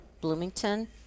Bloomington